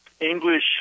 English